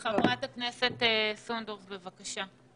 חברת הכנסת סונדוס סאלח, בבקשה.